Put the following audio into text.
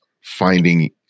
finding